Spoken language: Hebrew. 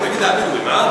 בוא נגיד, הבדואים.